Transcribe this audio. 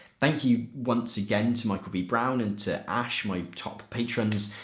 thank you once again to michael v brown and to ash my top patrons,